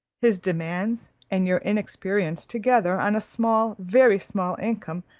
his demands and your inexperience together, on a small, very small income,